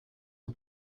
for